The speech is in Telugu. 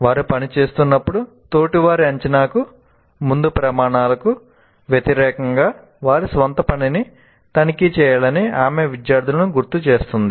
వారు పని చేస్తున్నప్పుడు తోటివారి అంచనాకు ముందు ప్రమాణాలకు వ్యతిరేకంగా వారి స్వంత పనిని తనిఖీ చేయాలని ఆమె విద్యార్థులను గుర్తు చేస్తుంది